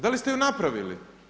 Da li ste ju napravili?